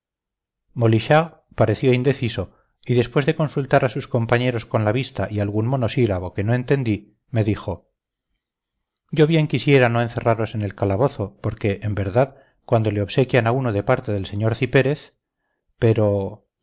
molichard pareció indeciso y después de consultar a sus compañeros con la vista y algún monosílabo que no entendí me dijo yo bien quisiera no encerraros en el calabozo porque en verdad cuando le obsequian a uno de parte del sr cipérez pero